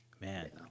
Man